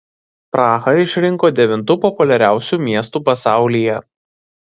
prahą išrinko devintu populiariausiu miestu pasaulyje